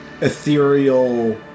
ethereal